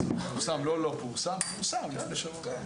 פורסם, לפני שבוע וחצי.